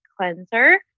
cleanser